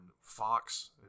Fox